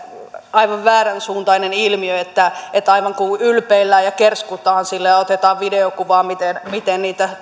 aivan vääränsuuntainen ilmiö että että aivan kuin ylpeillään ja kerskutaan sillä ja otetaan videokuvaa miten miten niitä